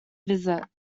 visit